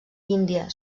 índia